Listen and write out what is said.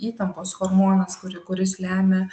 įtampos hormonas kuri kuris lemia